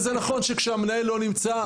וזה נכון כשהמנהל לא נמצא,